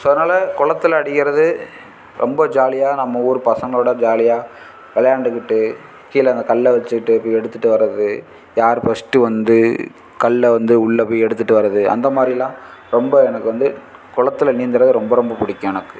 so அதனாலே குளத்துல அடிக்கிறது ரொம்ப ஜாலியாக நம்ம ஊர் பசங்களோடு ஜாலியாக விளையாண்டுக்கிட்டு கீழே அந்த கல்லை வெச்சுட்டு போய் எடுத்துகிட்டு வர்றது யாரு ஃபர்ஸ்ட்டு வந்து கல்லை வந்து உள்ளே போய் எடுத்துகிட்டு வர்றது அந்த மாதிரிலாம் ரொம்ப எனக்கு வந்து குளத்துல நீந்துவது ரொம்ப ரொம்பப் பிடிக்கும் எனக்கு